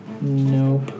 Nope